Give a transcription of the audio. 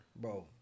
bro